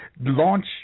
launch